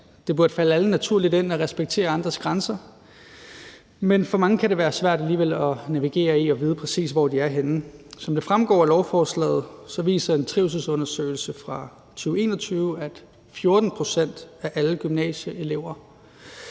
det burde falde alle naturligt ind at respektere andres grænser, men for mange kan det alligevel være svært at navigere i og vide præcis, hvor de er henne. Som det fremgår af lovforslaget, viser en trivselsundersøgelse fra 2021, at 14 pct. af alle gymnasieelever